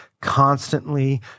constantly